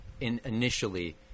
initially